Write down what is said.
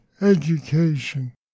education